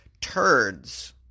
turds